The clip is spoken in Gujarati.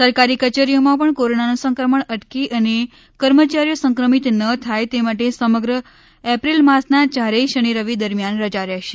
સરકારી કચેરીઓમાં પણ કોરોનાનું સંક્મણ અટકે અને કર્મચારીઓ સંક્રમિત ન થાય તે માટે સમગ્ર એપ્રિલ માસના યારેય શનિ રવિ દરમિયાન રજા રહેશે